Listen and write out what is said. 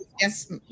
Yes